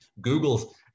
Google's